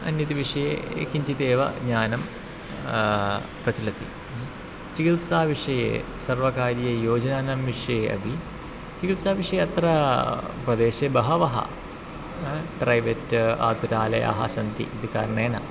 अन्यद् विषये किञ्चिदेव ज्ञानं प्रचलति ह्म् चिकित्साविषये सर्वकारीययोजनानां विषये अपि चिकित्साविषये अत्र प्रदेशे बहवः ह प्रैवेट् आस्पिटालयाः सन्ति इति कारणेन